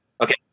Okay